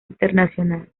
internacional